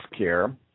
Healthcare